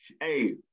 Hey